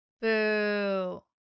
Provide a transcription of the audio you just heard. boo